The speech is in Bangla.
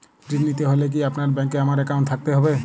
ঋণ নিতে হলে কি আপনার ব্যাংক এ আমার অ্যাকাউন্ট থাকতে হবে?